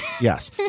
Yes